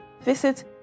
visit